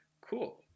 cool